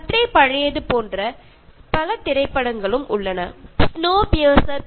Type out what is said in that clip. അതുപോലെ പുതിയ ഒരു സിനിമയായ സ്നോ പിയേഴ്സർ